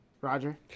Roger